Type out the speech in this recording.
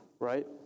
right